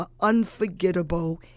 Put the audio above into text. unforgettable